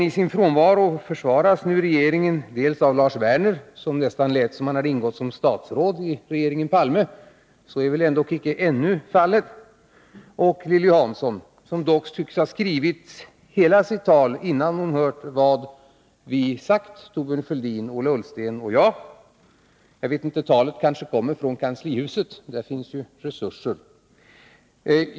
Isin frånvaro försvaras regeringen dels av Lars Werner, som nästan lät som om han hade ingått som statsråd i regeringen Palme — så är väl ändock icke ännu fallet —, dels av Lilly Hansson, som dock tycks ha skrivit hela sitt tal innan hon hört vad Thorbjörn Fälldin, Ola Ullsten och jag sagt. Talet kanske kommer från kanslihuset — där finns ju resurser.